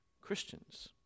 Christians